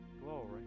glory